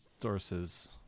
sources